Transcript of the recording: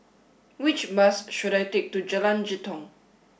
which bus should I take to Jalan Jitong